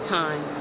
time